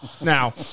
Now